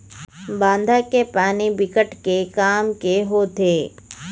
बांधा के पानी बिकट के काम के होथे